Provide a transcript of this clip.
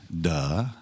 Duh